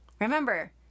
Remember